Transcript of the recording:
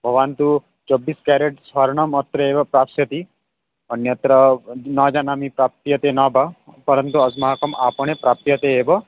भवान् तु चब्बीस् कैरट् स्वर्णम् अत्र एव प्राप्स्यति अन्यत्र न जानामि प्राप्यते न वा परन्तु अस्माकम् आपणे प्राप्यते एव